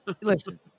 Listen